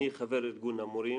אני חבר ארגון המורים.